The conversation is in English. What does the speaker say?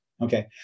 Okay